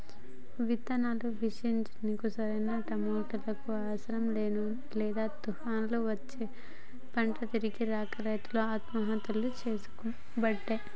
విత్తనాలు వేశినంక సరైన టైముకు వానలు లేకనో లేదా తుపాన్లు వచ్చో పంట చేతికి రాక రైతులు ఆత్మహత్యలు చేసికోబట్టే